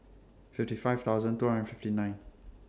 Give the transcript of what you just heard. fifty five thousand two hundred fifty nine